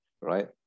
right